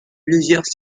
plusieurs